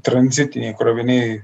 tranzitiniai kroviniai